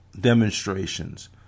demonstrations